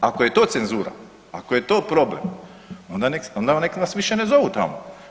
Ako je to cenzura, ako je to problem onda nek nas više ne zovu tamo.